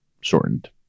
Shortened